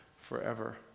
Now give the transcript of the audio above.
forever